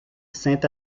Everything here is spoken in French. saint